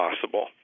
possible